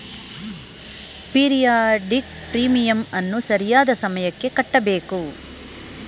periodic ಪ್ರೀಮಿಯಂನ್ನು ಸರಿಯಾದ ಸಮಯಕ್ಕೆ ಕಟ್ಟಬೇಕು